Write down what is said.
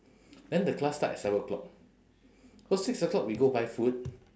then the class start at seven o'clock so six o'lock we go buy food